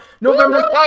November